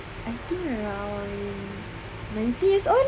I think around nineteen years old